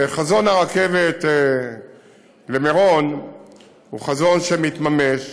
חזון הרכבת למירון הוא חזון שמתממש.